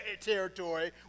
territory